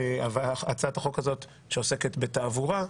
שהצעת החוק הזאת, שעוסקת בתעבורה,